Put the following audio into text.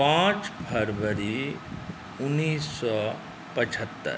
पाँच फ़रबरी उन्नैस सए पचहत्तरि